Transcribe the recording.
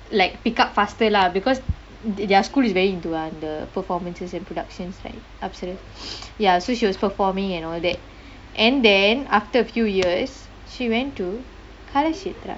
like pick up faster lah because their school is very into uh the performances and productions side apsaras ya so she was performing and all that and then after a few years she went to kalakshetra